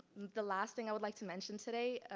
the last thing i would like to mention today,